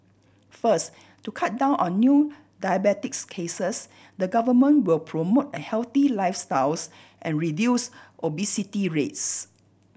first to cut down on new diabetes cases the Government will promote a healthy lifestyles and reduce obesity rates